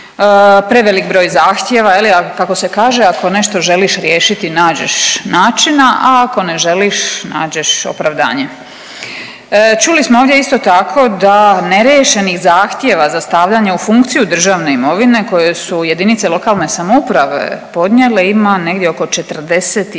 prevelik broj zahtjeva. A kako se kaže ako nešto želiš riješiti nađeš načina, a ako ne želiš nađeš opravdanje. Čuli smo ovdje isto tako da neriješenih zahtjeva za stavljanje u funkciju državne imovine koje su jedinice lokalne samouprave podnijele ima negdje oko